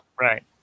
Right